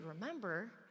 remember